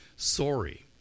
sorry